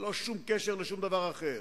ללא שום קשר לשום דבר אחר,